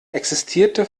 existierte